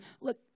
look